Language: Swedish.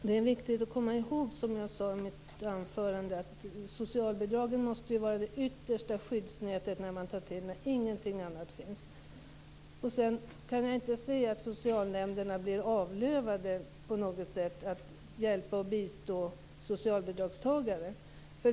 Fru talman! Det är, som jag sade i mitt anförande, viktigt att komma ihåg att socialbidragen måste vara det yttersta skyddsnätet, som man tar till när ingenting annat finns. Jag kan inte se att socialnämnderna på något sätt blir avlövade när det gäller att hjälpa och bistå socialbidragstagare.